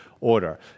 order